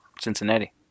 Cincinnati